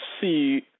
see